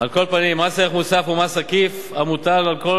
על כל פנים, מס ערך מוסף הוא מס עקיף המוטל על כל